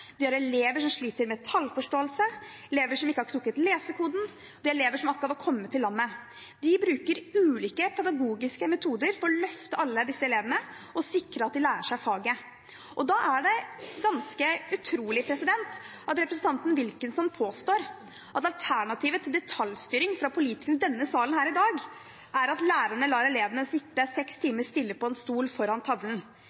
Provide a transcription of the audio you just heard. de har elever som sliter med tallforståelse, de har elever som ikke har knekt lesekoden, og de har elever som akkurat har kommet til landet. De bruker ulike pedagogiske metoder for å løfte alle disse elevene og sikre at de lærer seg faget. Da er det ganske utrolig at representanten Wilkinson påstår at alternativet til detaljstyring fra politikerne i denne salen her i dag, er at lærerne lar elevene sitte seks